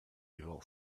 evil